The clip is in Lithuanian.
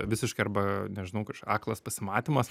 visiškai arba nežinau kas čia aklas pasimatymas